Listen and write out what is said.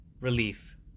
relief